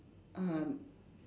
uh